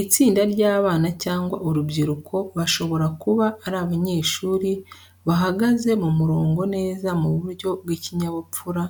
Itsinda ry'abana cyangwa urubyiruko bashobora kuba ari abanyeshuri bahagaze mu murongo neza mu buryo bw'ikinyabupfura